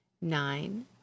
Nine